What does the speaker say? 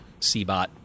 CBOT